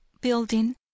building